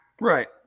Right